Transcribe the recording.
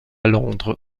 londres